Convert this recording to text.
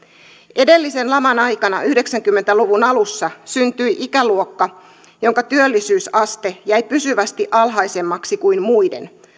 edellisen laman aikana yhdeksänkymmentä luvun alussa syntyi ikäluokka jonka työllisyysaste jäi pysyvästi alhaisemmaksi kuin muiden